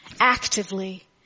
actively